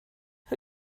who